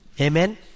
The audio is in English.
Amen